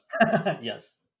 Yes